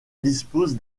dispose